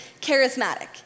charismatic